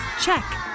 Check